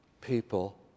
people